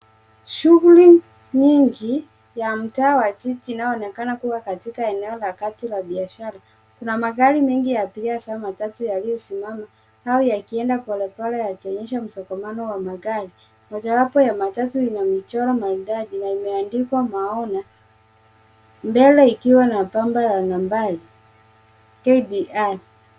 Shughuli nyingi ya mtaa wa jiji inayoonekana kuwa katika eneo la kati biashara. Kuna magari mengi ya abiria au matatu yaliyosimama au yakienda polepole yakionyesha msongamano wa magari. Mojawapo ya matatu ina michoro maridadi na imeandikwa Moana mbele ikiwa na bamba ya nambari KDR.